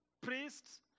priests